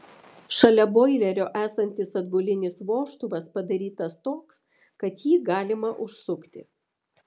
šalia boilerio esantis atbulinis vožtuvas padarytas toks kad jį galima užsukti